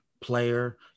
player